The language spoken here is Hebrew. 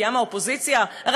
באופן כוזב,